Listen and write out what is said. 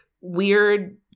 weird